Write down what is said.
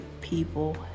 people